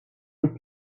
een